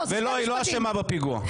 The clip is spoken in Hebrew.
ולא, היא לא אשמה בפיגוע.